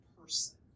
person